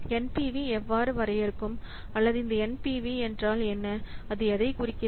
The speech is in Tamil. NPV எவ்வாறு வரையறுக்கும் அல்லது இந்த NVP என்ன அது எதைக் குறிக்கிறது